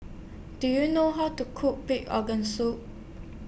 Do YOU know How to Cook Pig Organ Soup